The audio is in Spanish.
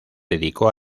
dedicó